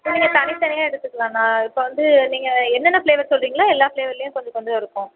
நீங்கள் தனித்தனியாக எடுத்துக்குலாண்ணா இப்போ வந்து நீங்கள் என்னென்ன ஃபிளேவர் சொல்லுறீங்களோ எல்லா ஃபிளேவர்லையும் கொஞ்சம் கொஞ்சம் இருக்கும்